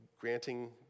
granting